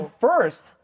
first